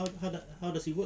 how how does how does it work